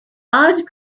god